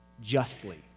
justly